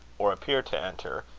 or appear to enter,